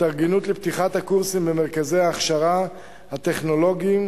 התארגנות לפתיחת הקורסים במרכזי ההכשרה הטכנולוגיים,